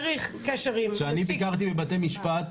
כשאני ביקרתי בבתי משפט,